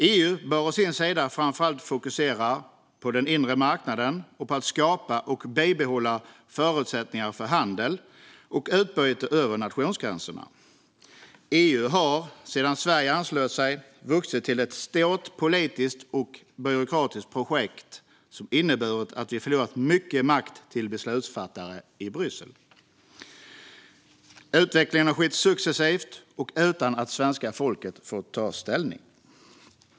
EU bör å sin sida framför allt fokusera på den inre marknaden och på att skapa och bibehålla förutsättningar för handel och utbyte över nationsgränserna. EU har sedan Sverige anslöt sig vuxit till ett stort politiskt och byråkratiskt projekt, vilket inneburit att vi förlorat mycket makt till beslutsfattare i Bryssel. Utvecklingen har skett successivt och utan att svenska folket fått ta ställning.